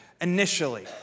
initially